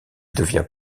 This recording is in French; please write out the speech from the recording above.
devient